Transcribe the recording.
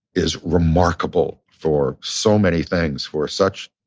is remarkable for so many things. for such